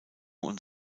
und